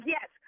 Yes